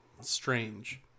strange